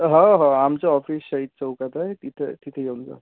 हो हो आमचं ऑफिस शहीद चौकात आहे तिथं तिथं येउन जा